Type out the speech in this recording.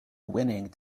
winning